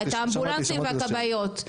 את האמבולנסים והכבאיות.